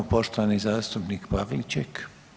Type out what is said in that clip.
Poštovan zastupnik Pavliček.